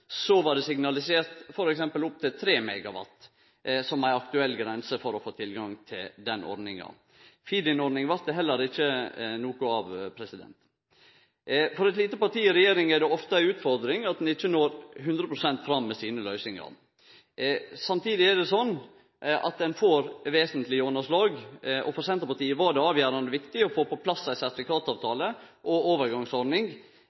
for å få tilgang til den ordninga. Feed-in-ordninga blei det heller ikkje noko av. For eit lite parti i regjering er det ofte ei utfordring at ein ikkje når hundre prosent fram med løysingane sine. Samtidig er det slik at ein får vesentleg gjennomslag, og for Senterpartiet var det avgjerande viktig å få på plass ei